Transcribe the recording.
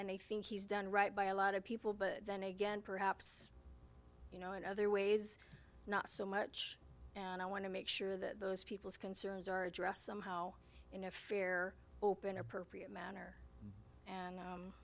anything he's done right by a lot of people but then again perhaps you know in other ways not so much and i want to make sure that those people's concerns are addressed somehow in a fair open appropriate manner and